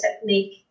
technique